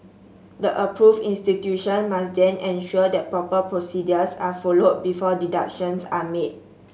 the approved institution must then ensure that proper procedures are followed before deductions are made